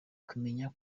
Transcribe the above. kumenya